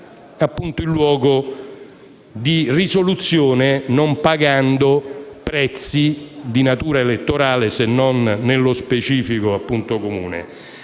il luogo di risoluzione, non pagando prezzi di natura elettorale se non nello specifico Comune.